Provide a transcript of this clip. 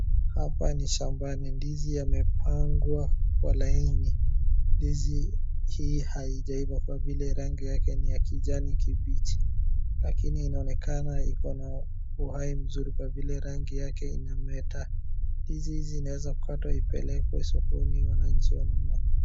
Hapa ni shambani. Ndizi yamepangwa kwa laini. Ndizi hii haijaiva kwa vile rangi yake ni ya kijani kibichi, lakini inaonekana iko na, uhai nzuri kwa vile rangi yake inameta. Ndizi hizi inaeza katwa ipelekwe sokoni wananchi wanunue.